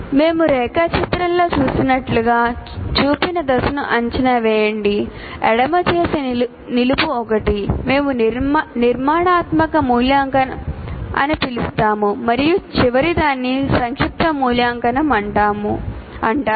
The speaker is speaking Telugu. మేము రేఖాచిత్రంలో చూసినట్లుగా చూపిన దశను అంచనా వేయండి ఎడమ చేతి నిలువు ఒకటి మేము నిర్మాణాత్మక మూల్యాంకనం అని పిలుస్తాము మరియు చివరిదాన్ని సంక్షిప్త మూల్యాంకనం అంటారు